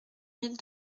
mille